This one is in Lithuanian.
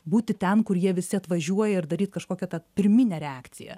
būti ten kur jie visi atvažiuoja ir daryt kažkokią tą pirminę reakciją